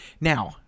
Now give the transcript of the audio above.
Now